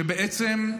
שבעצם,